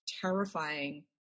terrifying